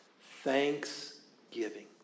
Thanksgiving